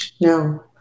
no